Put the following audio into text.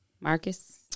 Marcus